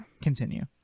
continue